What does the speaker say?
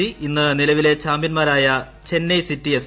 C ഇന്ന് നിലവിലെ ചാമ്പ്യൻമാരായ ചെന്നൈ സിറ്റി എഫ്